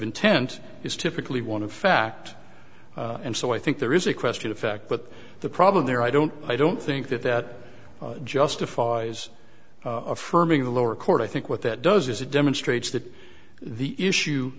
intent is typically one of fact and so i think there is a question of fact but the problem there i don't i don't think that that justifies affirming the lower court i think what that does is it demonstrates that the issue